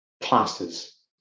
Classes